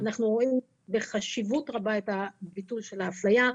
אנחנו רואים בחשיבות רבה את הביטול של האפליה.